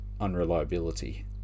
unreliability